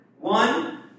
One